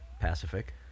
Pacific